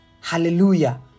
Hallelujah